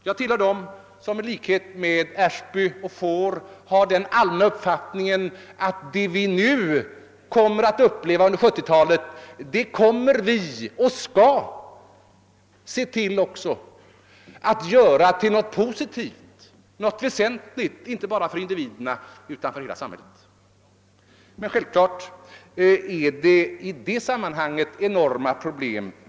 Jag tillhör dem som har samma uppfattning som Ashby och Faure, nämligen att vad vi kommer att få uppleva under 1970-talet skall vi göra till något väsentligt och positivt inte bara för individerna utan för hela samhället. Men självfallet kommer vi där att ställas inför enorma problem.